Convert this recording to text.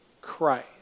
Christ